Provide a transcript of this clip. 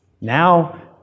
Now